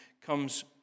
comes